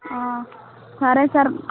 సరే సార్